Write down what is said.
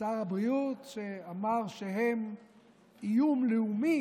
שר הבריאות שאמר שהם איום לאומי